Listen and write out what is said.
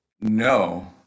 No